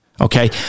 Okay